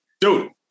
dude